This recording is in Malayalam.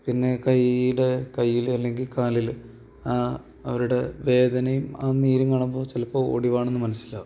പിന്നെ കയ്യുടെ കയ്യില് അല്ലെങ്കിൽ കാലില് ആ അവരുടെ വേദനയും ആ നീരും കാണുമ്പോൾ ചിലപ്പോൾ ഒടിവാണെന്ന് മനസ്സിലാവും